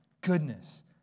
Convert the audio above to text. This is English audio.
goodness